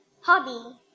hobby